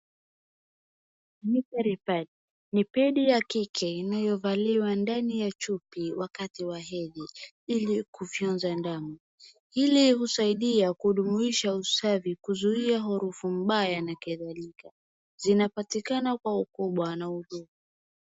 Sanitary pads ni pedi ya kike inayovaliwa ndani ya chupi wakati wa hedhi ili kufyonza damu hili husaidia kudumisha usafi kuzuia harufu mbaya na kadhalika ,zinaopatikana kwa ukubwa.